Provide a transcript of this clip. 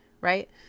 right